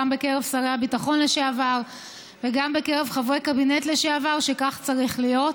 גם בקרב שרי הביטחון לשעבר וגם בקרב חברי קבינט לשעבר שכך צריך להיות.